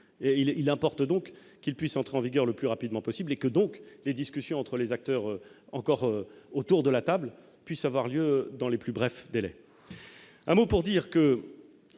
il importe donc qu'il puisse entrer en vigueur le plus rapidement possible, et que donc les discussions entre les acteurs encore autour de la table, puisse avoir lieu dans les plus brefs délais un mot pour dire que